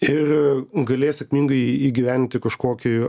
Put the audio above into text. ir galės sėkmingai įgyvendinti kažkokį